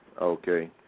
Okay